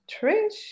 trish